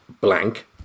blank